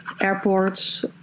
airports